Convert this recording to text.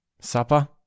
supper